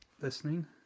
listening